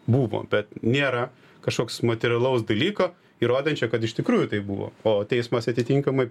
buvo bet nėra kažkoks materialaus dalyko įrodančio kad iš tikrųjų tai buvo o teismas atitinkamai